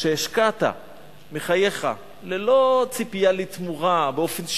שהשקעת מחייך ללא ציפייה לתמורה, באופן שוויוני,